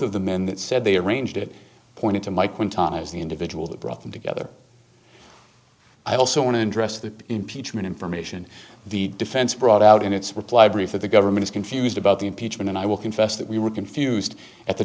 of the men that said they arranged it pointed to my clinton as the individual that brought them together i also want to address the impeachment information the defense brought out in its reply brief that the government is confused about the impeachment and i will confess that we were confused at the